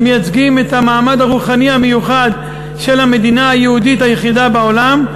שמייצגים את המעמד הרוחני המיוחד של המדינה היהודית היחידה בעולם,